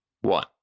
One